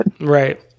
Right